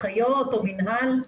אחיות או מינהל.